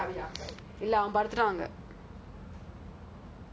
ஏன் ஏன் குட்டி பாப்பா:yean yean kutty papa